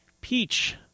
peach